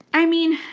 i mean,